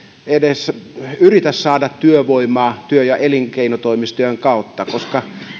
yritä saada työvoimaa työ ja elinkeinotoimistojen kautta koska